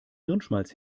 hirnschmalz